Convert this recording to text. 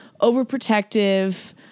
overprotective